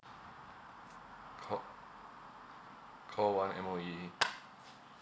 ca~ call one M_O_E